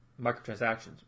microtransactions